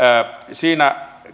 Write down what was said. siinä